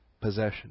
possession